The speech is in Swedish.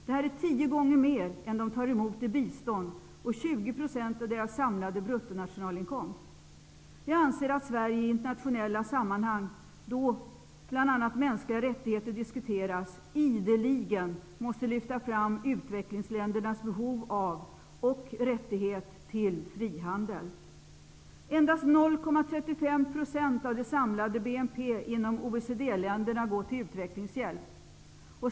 Detta är tio gånger mer än de tar emot i bistånd och 20 % Jag anser att Sverige i internationella sammanhang, då bl.a. mänskliga rättigheter diskuteras, ideligen måste lyfta fram utvecklingsländernas behov av och rättighet till frihandel. Endast 0,35 % av den samlade bruttonationalprodukten inom OECD länderna går till utvecklingshjälp.